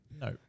No